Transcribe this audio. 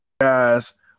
Guys